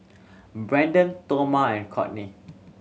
Braden Toma and Cortney